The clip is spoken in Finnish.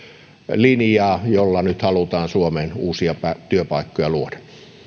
linjaa jolla nyt halutaan suomeen uusia työpaikkoja luoda